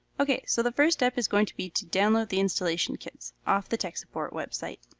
ok, so the first step is going to be to download the installation kits off the tech support website.